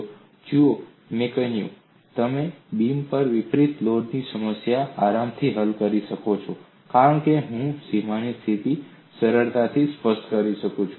જુઓ મેં કહ્યું તમે બીમ પર વિતરિત લોડની સમસ્યા આરામથી હલ કરી શક્યા છો કારણ કે હું સીમાની સ્થિતિ સરળતાથી સ્પષ્ટ કરી શકું છું